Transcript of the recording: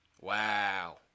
Wow